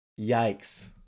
yikes